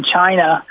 China